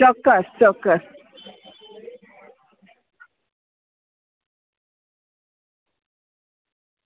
ચોક્કસ ચોક્કસ